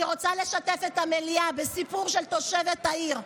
אני רוצה לשתף את המליאה בסיפור של תושבת העיר,